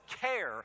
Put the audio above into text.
care